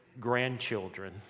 grandchildren